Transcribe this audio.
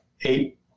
eight